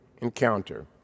encounter